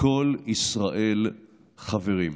כל ישראל חברים.